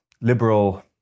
liberal